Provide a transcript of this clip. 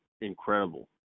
incredible